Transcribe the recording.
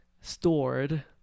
stored